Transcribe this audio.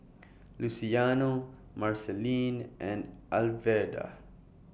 Luciano Marceline and Alverda